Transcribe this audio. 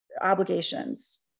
obligations